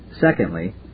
secondly